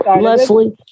Leslie